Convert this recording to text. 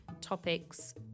topics